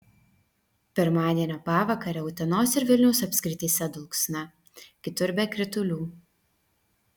pirmadienio pavakarę utenos ir vilniaus apskrityse dulksna kitur be kritulių